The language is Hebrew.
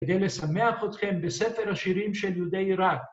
כדי לשמח אתכם בספר השירים של יהודי עירק